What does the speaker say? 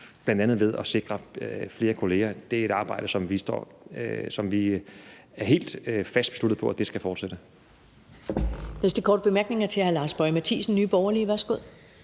bl.a. ved at sikre flere kolleger, er et arbejde, som vi er helt fast besluttet på skal fortsætte.